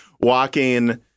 walking—